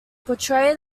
portray